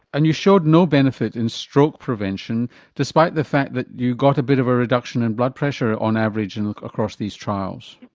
and you showed no benefit in stroke prevention despite the fact that you got a bit of a reduction in blood pressure on average like across these trials.